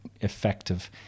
effective